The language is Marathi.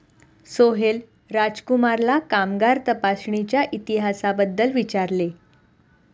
सोहेल राजकुमारला कामगार तपासणीच्या इतिहासाबद्दल विचारले